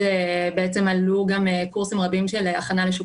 היו גם קורסים רבים של הכנה לשוק